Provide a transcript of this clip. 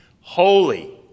holy